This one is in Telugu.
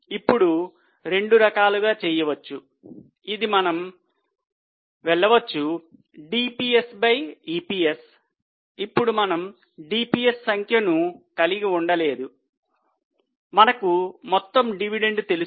ఇప్పుడు రెండు రకాలుగా చేయవచ్చు ఇది మనము వెళ్ళవచ్చు DPS by EPS ఇప్పుడు మనము DPS సంఖ్యను కలిగి ఉండలేదు మనకు మొత్తం డివిడెండ్ తెలుసు